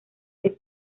que